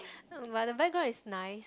but the background is nice